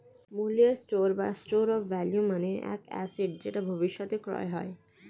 মূল্যের স্টোর বা store of value মানে এক অ্যাসেট যেটা ভবিষ্যতে ক্রয় হয়